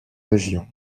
région